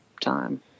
time